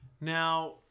now